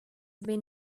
been